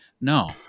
No